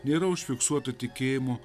nėra užfiksuota tikėjimo